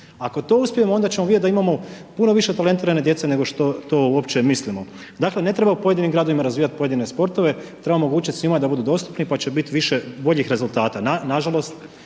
Ako to uspijemo onda ćemo vidjet da imamo puno više talentirane djece, nego što to uopće mislimo. Dakle, ne treba u pojedinim gradovima razvijat pojedine sportove trebamo omogućit svima da budu dostupni, pa će biti boljih rezultata.